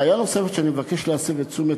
בעיה נוספת שאני מבקש להסב את תשומת